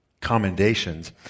commendations